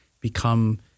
become